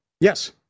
yes